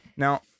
Now